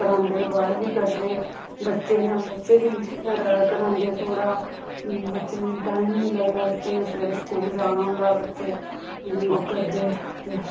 करांदे बाह्र बी करदे बच्चे न बच्चे बी करांदे थोह्ड़ा बच्चें गी टाईम निं लगदा बच्चे ने सवेरे स्कूल जाना होंदा बच्चे ओह् करदे ते